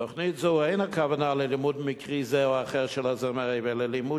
בתוכנית זו אין הכוונה ללימוד מקרי זה או אחר של הזמר העברי אלא ללימוד